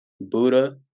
Buddha